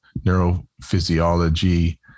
neurophysiology